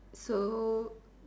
so